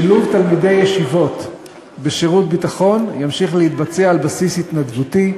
שילוב תלמידי ישיבות בשירות ביטחון ימשיך להתבצע על בסיס התנדבותי,